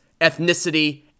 ethnicity